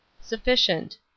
Sufficient